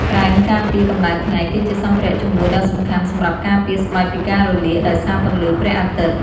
ក្រែមការពារកម្ដៅថ្ងៃ គឺជាសម្ភារៈជំនួយដ៏សំខាន់សម្រាប់ការពារស្បែកពីការរលាកដោយសារពន្លឺព្រះអាទិត្យ។